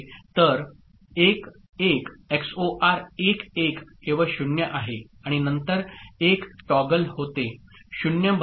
तर 1 1 XOR 1 1 केवळ 0 आहे आणि नंतर 1 टॉगल होते - 0 बनते